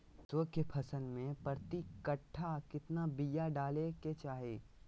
सरसों के फसल में प्रति कट्ठा कितना बिया डाले के चाही?